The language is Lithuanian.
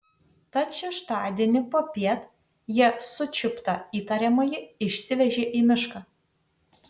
tad šeštadienį popiet jie sučiuptą įtariamąjį išsivežė į mišką